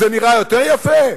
זה נראה יותר יפה.